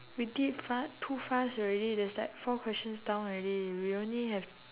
we did fa~ too fast already there's like four questions down already we only have